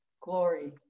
glory